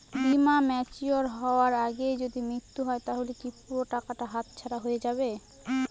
বীমা ম্যাচিওর হয়ার আগেই যদি মৃত্যু হয় তাহলে কি পুরো টাকাটা হাতছাড়া হয়ে যাবে?